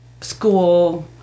school